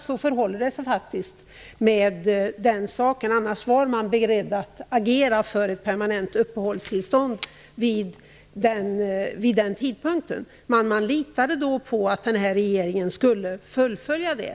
Så förhåller det sig faktiskt med den saken. Annars var man vid den tidpunkten beredd att agera för permanenta uppehållstillstånd. Man litade på att den regering som tillträtt skulle fullfölja detta.